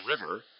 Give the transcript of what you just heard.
River